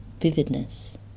vividness